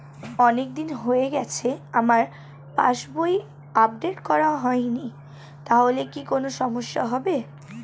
অনেকদিন হয়ে গেছে আমার পাস বই আপডেট করা হয়নি তাহলে কি কোন সমস্যা হবে?